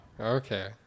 Okay